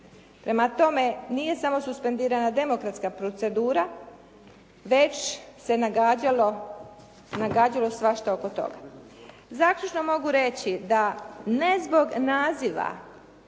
Prema tome, nije samo suspendirana demokratska procedura, već se nagađalo svašta oko toga. Zaključno mogu reći da ne zbog naziva,